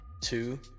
two